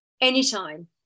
anytime